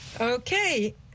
Okay